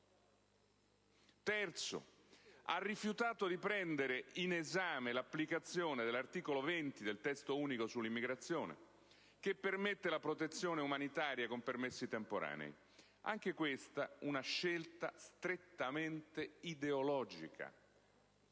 Terzo. Ha rifiutato di prendere in esame l'applicazione dell'articolo 20 del Testo unico sull'immigrazione, che permette la protezione umanitaria con permessi temporanei. Anche questa è una scelta strettamente ideologica.